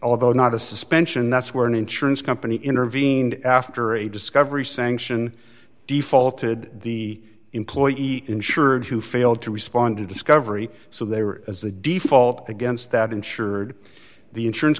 although not a suspension that's where an insurance company intervened after a discovery sanction defaulted the employee insured who failed to respond to discovery so they were as a default against that insured the insurance